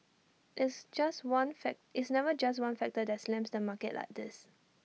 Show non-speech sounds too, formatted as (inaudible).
it's just one (unintelligible) it's never just one factor that slams the market like this